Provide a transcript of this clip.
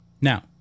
Now